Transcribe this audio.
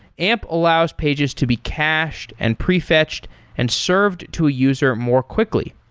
amp allows pages to be cached and pre-fetched and served to a user more quickly.